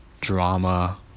drama